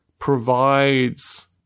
provides